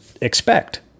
expect